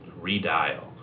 redial